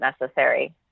necessary